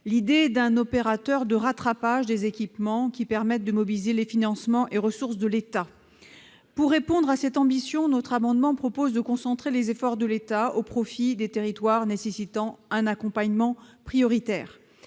l'idée d'un opérateur de rattrapage des équipements qui permette de mobiliser les financements et les ressources de l'État. Pour répondre à cette ambition, notre amendement propose de concentrer les efforts de l'État au profit des territoires nécessitant un accompagnement prioritaire.